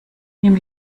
nimm